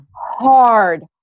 Hard